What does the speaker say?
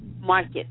market